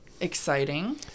exciting